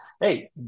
hey